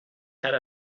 had